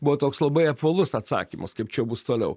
buvo toks labai apvalus atsakymas kaip čia jau bus toliau